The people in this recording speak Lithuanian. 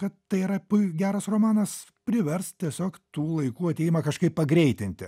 kad tai yra pui geras romanas privers tiesiog tų laikų atėjimą kažkaip pagreitinti